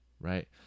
right